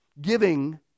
giving